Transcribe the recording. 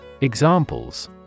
Examples